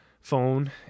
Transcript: phone